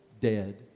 dead